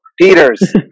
Peters